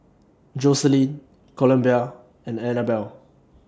Jocelyne Columbia and Annabelle